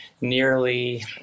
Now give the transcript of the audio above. nearly